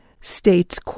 states